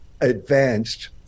advanced